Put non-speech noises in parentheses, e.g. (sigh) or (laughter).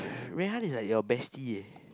(breath) Rui-Han is like your bestie eh